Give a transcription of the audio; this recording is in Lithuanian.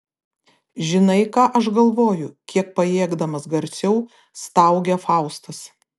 žinai ką aš galvoju kiek pajėgdamas garsiau staugia faustas